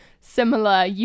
similar